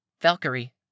Valkyrie